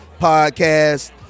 podcast